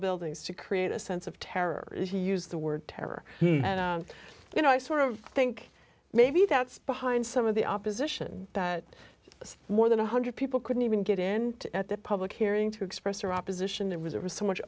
buildings to create a sense of terror if you use the word terror you know i sort of think maybe that's behind some of the opposition that has more than one hundred people couldn't even get in to at the public hearing to express their opposition that was it was so much